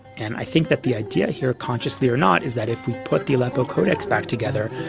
and i think that the idea here consciously or not is that if we put the aleppo codex back together,